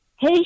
Hey